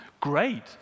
Great